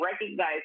recognize